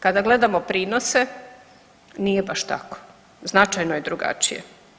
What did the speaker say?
Kada gledamo prinose, nije baš tako, značajno je drugačije.